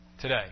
today